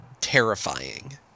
terrifying